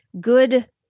good